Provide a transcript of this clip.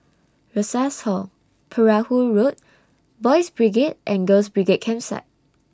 Rosas Hall Perahu Road Boys' Brigade and Girls' Brigade Campsite